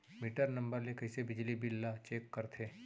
Metre number ले कइसे बिजली बिल ल चेक करथे?